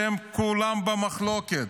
שהם כולם במחלוקת.